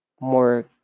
more